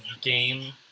game